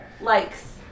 Likes